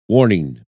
Warning